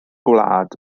gwlad